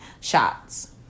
shots